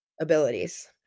abilities